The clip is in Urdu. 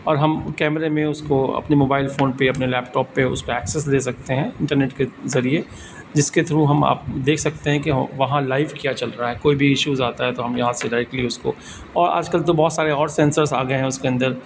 اور ہم کیمرے میں اس کو اپنے موبائل فون پہ اپنے لیپٹاپ پہ اس کو ایکسیس دے سکتے ہیں انٹرنیٹ کے ذریعے جس کے تھرو ہم آپ دیکھ سکتے ہیں کہ وہاں لائو کیا چل رہا ہے کوئی بھی ایشوز آتا ہے تو ہم یہاں سے ڈائریکٹلی اس کو اور آج کل تو بہت سارے اور سینسرس آ گئے ہیں اس کے اندر